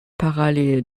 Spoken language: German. parallel